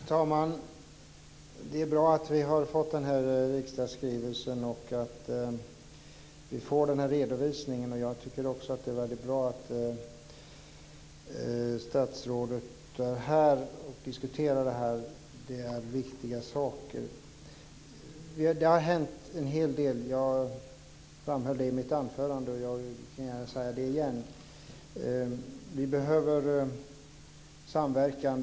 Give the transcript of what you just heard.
Herr talman! Det är bra att vi har fått den här skrivelsen och att vi får den här redovisningen. Jag tycker också att det är väldigt bra att statsrådet är här och diskuterar detta. Det är viktiga saker. Det har hänt en hel del, och det framhöll jag i mitt anförande och vill gärna säga det igen. Vi behöver samverkan.